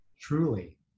Truly